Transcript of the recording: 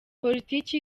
politiki